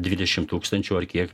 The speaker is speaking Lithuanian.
dvidešim tūkstančių ar kiek